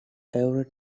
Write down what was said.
every